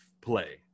play